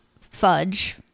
Fudge